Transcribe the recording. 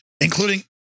including